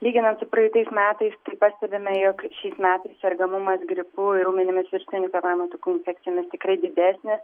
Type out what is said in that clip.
lyginant su praeitais metais tai pastebime jog šiais metais sergamumas gripu ir ūminėmis viršutinių kvėpavimo takų infekcijomis tikrai didesnis